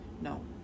no